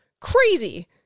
crazy